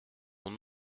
mon